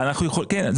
כן.